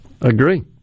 Agree